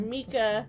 Mika